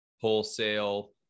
wholesale